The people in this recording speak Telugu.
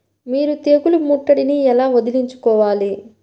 మీరు తెగులు ముట్టడిని ఎలా వదిలించుకోవాలి?